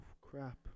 crap